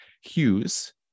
Hughes